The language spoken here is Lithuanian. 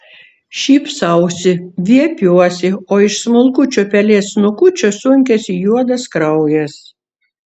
šypsausi viepiuosi o iš smulkučio pelės snukučio sunkiasi juodas kraujas